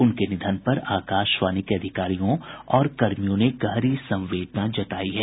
उनके निधन पर आकाशवाणी के अधिकारियों और कर्मियों ने गहरी संवेदना जतायी है